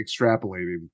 extrapolating